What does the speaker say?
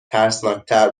ترسناکتر